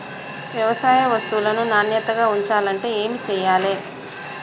వ్యవసాయ వస్తువులను నాణ్యతగా ఉంచాలంటే ఏమి చెయ్యాలే?